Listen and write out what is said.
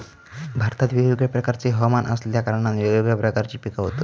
भारतात वेगवेगळ्या प्रकारचे हवमान असल्या कारणान वेगवेगळ्या प्रकारची पिका होतत